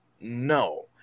No